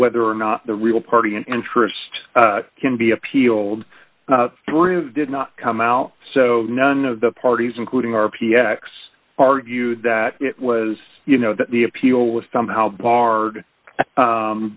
whether or not the real party in interest can be appealed three of did not come out so none of the parties including our pm x argued that it was you know that the appeal with somehow barred